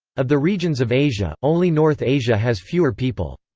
of the regions of asia, only north asia has fewer people.